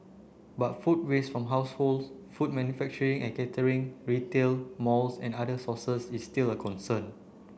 but food waste from households food manufacturing and catering retail malls and other sources is still a concern